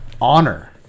honor